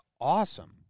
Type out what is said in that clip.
awesome